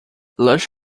lush